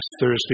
Thursday